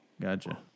Gotcha